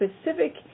specific